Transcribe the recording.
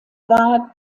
war